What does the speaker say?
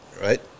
right